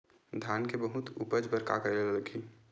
धान के बहुत उपज बर का करेला लगही?